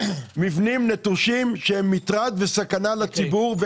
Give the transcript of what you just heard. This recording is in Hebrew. מבנים נטושים שמהווים מטרד וסכנה לציבור.